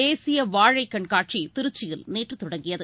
தேசிய வாழை கண்காட்சி திருச்சியில் நேற்று தொடங்கியது